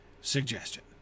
suggestion